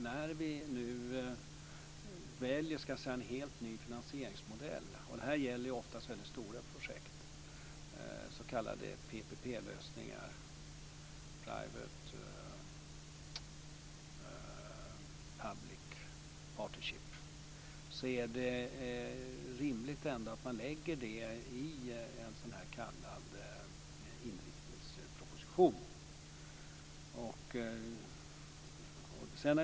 När vi nu väljer en helt ny finansieringsmodell - och det här gäller ju oftast stora projekt, s.k. PPP lösningar, Private Public Partnership - är det rimligt att vi lägger det i en s.k. inriktningsproposition.